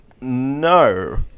No